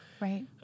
right